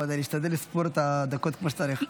אחמד, אשתדל לספור את הדקות כמו שצריך.